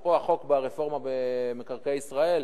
אפרופו חוק הרפורמה במינהל מקרקעי ישראל,